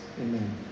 Amen